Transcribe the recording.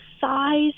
size